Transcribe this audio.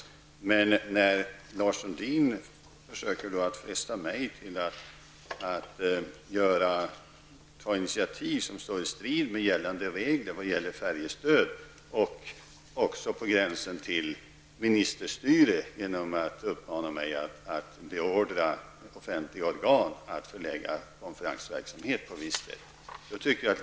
När emellertid Lars Sundin försöker fresta mig till att ta initiativ som står i strid med gällande regler om färjestöd och samtidigt uppmanar mig att beordra offentliga organ att förlägga konferensverksamhet ombord på färjorna, då går han litet för långt.